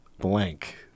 Blank